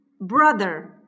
Brother